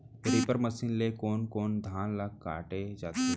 Reaper machine ले कोन कोन धान ल काटे जाथे?